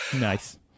Nice